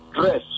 dress